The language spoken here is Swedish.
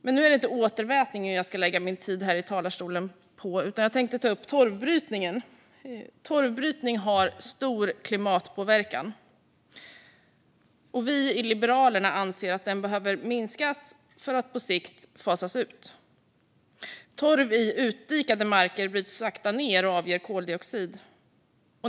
Men nu är det inte återvätningen jag ska lägga min tid här i talarstolen på, utan jag tänkte ta upp torvbrytningen. Torvbrytning har stor klimatpåverkan. Vi i Liberalerna anser att den behöver minskas för att på sikt fasas ut. Torv i utdikade marker bryts sakta ned och avger koldioxid.